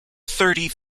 thirty